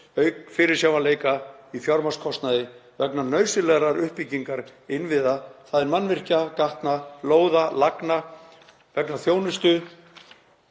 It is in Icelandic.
fyrirsjáanleika í fjármagnskostnaði vegna nauðsynlegrar uppbyggingar innviða, þ.e. mannvirkja, gatna, lóða og lagna, vegna þjónustu